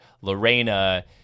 Lorena